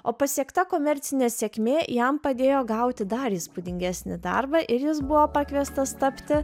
o pasiekta komercinė sėkmė jam padėjo gauti dar įspūdingesnį darbą ir jis buvo pakviestas tapti